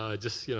ah just yeah